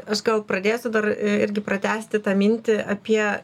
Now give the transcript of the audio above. aš gal pradėsiu dar i irgi pratęsti tą mintį apie